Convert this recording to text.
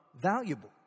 valuable